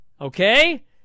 okay